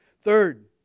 Third